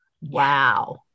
Wow